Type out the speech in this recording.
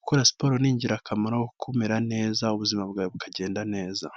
gukora siporo ni ingirakamaro kuko umera neza ubuzima bwawe bukagenda neza.